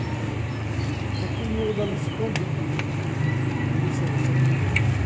ಈ ಚಕ್ರವ್ಯೂಹದಲ್ಲಿ ಸಿಕ್ಕೊಂಡು ಬಿದ್ಬಿಟ್ಟೀವಿ ನಾವು ಇಂಗ್ಲೀಷರ ಚಕ್ರವ್ಯೂಹದಲ್ಲಿ